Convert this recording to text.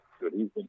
good